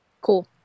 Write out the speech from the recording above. Cool